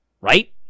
Right